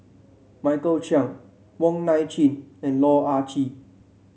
Michael Chiang Wong Nai Chin and Loh Ah Chee